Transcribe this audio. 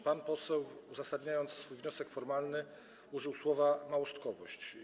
Pan poseł, uzasadniając swój wniosek formalny, użył słowa: małostkowość.